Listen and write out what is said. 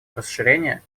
расширение